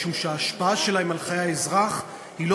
משום שההשפעה שלהן על חיי האזרח היא לא